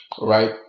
right